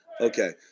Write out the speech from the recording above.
okay